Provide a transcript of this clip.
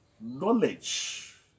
Knowledge